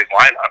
lineup